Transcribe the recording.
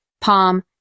palm